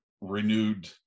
renewed